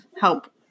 help